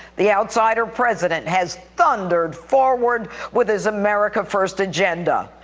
the outsider president has thundered forward with his america first agenda.